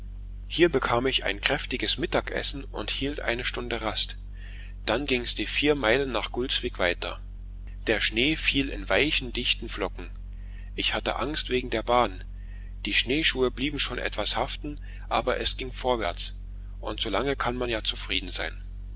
hier bekam ich ein kräftiges mittagessen und hielt eine stunde rast dann ging's die vier meilen nach gulsvik weiter der schnee fiel in weichen dichten flocken ich hatte angst wegen der bahn die schneeschuhe blieben schon etwas haften aber es ging vorwärts und solange kann man ja zufrieden sein